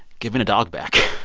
giving a dog back.